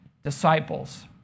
disciples